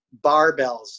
barbells